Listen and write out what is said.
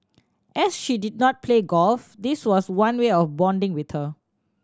as she did not play golf this was one way of bonding with her